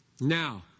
Now